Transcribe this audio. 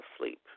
sleep